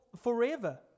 forever